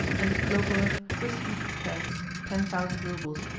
and khlobuev received thence ten thousand roubles,